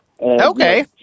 okay